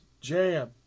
jam